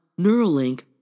Neuralink